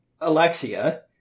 Alexia